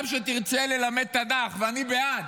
גם כשתרצה ללמד תנ"ך, ואני בעד,